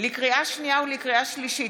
לקריאה שנייה ולקריאה שלישית,